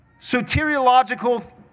soteriological